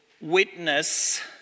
witness